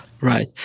Right